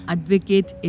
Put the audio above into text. Advocate